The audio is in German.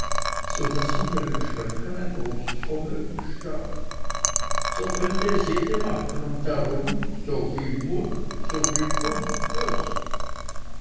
so daß in ihren schränken ein großes vermögen stak so könnte es jede machen und darum soviel mund so viel pfund hörst